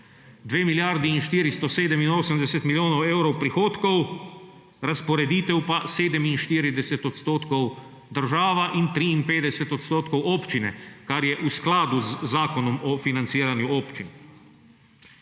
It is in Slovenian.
2 milijardi 487 milijonov evrov prihodkov, razporeditev pa 47 odstotkov država in 53 odstotkov občine, kar je v skladu z Zakonom o financiranju občin.